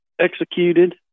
executed